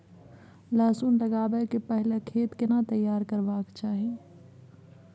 लहसुन लगाबै के पहिले खेत केना तैयार करबा के चाही?